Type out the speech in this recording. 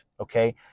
Okay